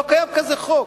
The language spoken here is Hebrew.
לא קיים כזה חוק.